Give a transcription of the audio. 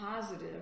positive